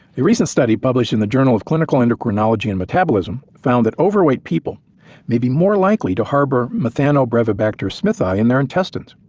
a recent study published in the journal of clinical endocrinology and metabolism found that overweight people may be more likely to harbor methanobrevibacter smithii in their intestines.